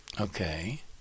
Okay